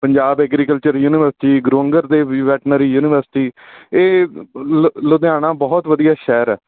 Punjab agriculture university Guru Angad Dev ਵੀ veterinary university ਇਹ ਲੁ ਲੁਧਿਆਣਾ ਬਹੁਤ ਵਧੀਆ ਸ਼ਹਿਰ ਹੈ